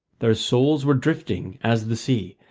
their souls were drifting as the sea,